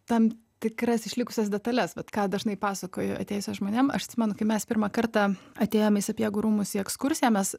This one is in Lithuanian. tam tikras išlikusias detales vat ką dažnai pasakoju atėjusiem žmonėm aš atsimenu kai mes pirmą kartą atėjom į sapiegų rūmus į ekskursiją mes